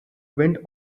wind